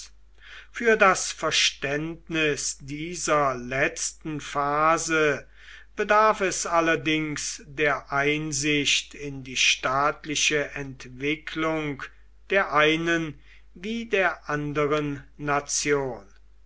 für das verständnis dieser letzten phase bedarf es allerdings der einsicht in die staatliche entwicklung der einen wie der anderen nation